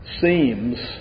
Seems